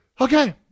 Okay